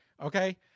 Okay